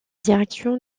direction